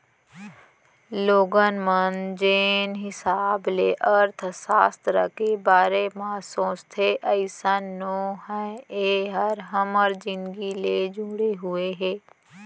लोगन मन जेन हिसाब ले अर्थसास्त्र के बारे म सोचथे अइसन नो हय ए ह हमर जिनगी ले जुड़े हुए हे